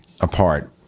apart